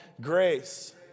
grace